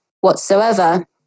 whatsoever